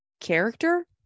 character